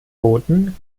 boten